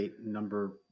number